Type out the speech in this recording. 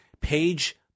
page